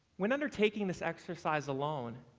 when undertaking this exercise alone,